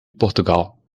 portugal